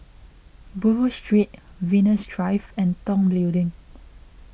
Buroh Street Venus Drive and Tong Building